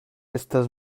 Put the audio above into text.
estas